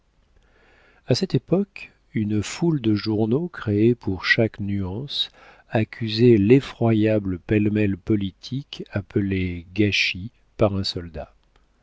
a cette époque une foule de journaux créés pour chaque nuance accusaient l'effroyable pêle-mêle politique appelé gâchis par un soldat